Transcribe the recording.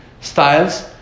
styles